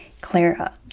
Clara